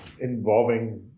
involving